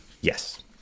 yes